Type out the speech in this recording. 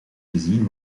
gezien